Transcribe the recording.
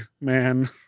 man